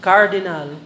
Cardinal